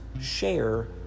share